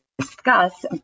discuss